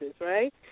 right